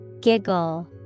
Giggle